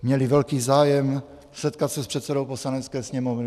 Měli velký zájem setkat se s předsedou Poslanecké sněmovny.